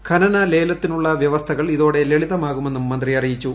ഖനന ലേലത്തിനുള്ള വൃവസ്ഥകൾ ഇതോടെ ലളിതമാകുമെന്നും മന്ത്രി അറിയിച്ചു